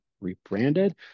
rebranded